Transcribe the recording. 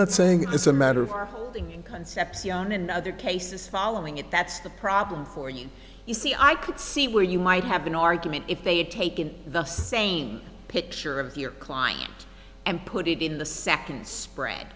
not saying it's a matter of are in concepcion and other cases following it that's the problem for you you see i could see where you might have an argument if they had taken the same picture of your client and put it in the second spread